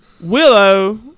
willow